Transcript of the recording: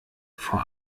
vor